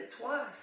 twice